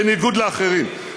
בניגוד לאחרים.